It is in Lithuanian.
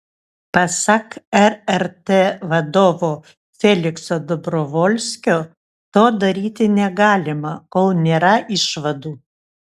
pasak rrt vadovo felikso dobrovolskio to daryti negalima kol nėra išvadų